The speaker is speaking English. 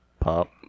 Pop